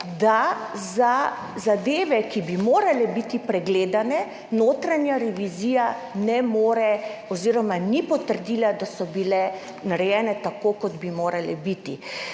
da za zadeve, ki bi morale biti pregledane, notranja revizija ne more oziroma ni potrdila, da so bile narejene tako, kot bi morale biti.